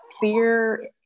fear